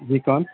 جی کون